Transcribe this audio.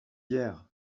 hier